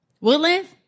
Woodlands